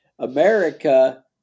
America